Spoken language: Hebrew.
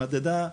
מדדה,